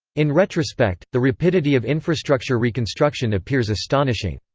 in retrospect, the rapidity of infrastructure reconstruction appears astonishing.